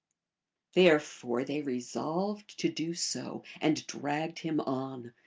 therefore they resolved to do so, and dragged him on.